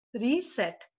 reset